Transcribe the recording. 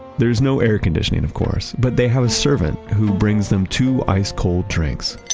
there's no air conditioning of course, but they have a servant who brings them two ice-cold drinks.